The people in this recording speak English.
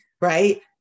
right